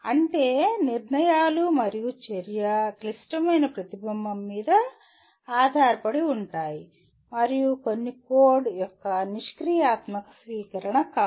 అంటే నిర్ణయాలు మరియు చర్య క్లిష్టమైన ప్రతిబింబం మీద ఆధారపడి ఉంటాయి మరియు కొన్ని కోడ్ యొక్క నిష్క్రియాత్మక స్వీకరణ కాదు